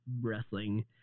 wrestling